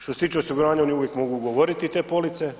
Što se tiče osiguranja, oni uvijek mogu ugovoriti te police.